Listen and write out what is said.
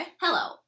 Hello